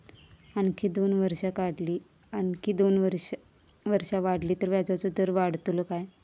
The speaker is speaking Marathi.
आणखी दोन वर्षा वाढली तर व्याजाचो दर वाढतलो काय?